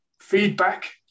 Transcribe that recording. feedback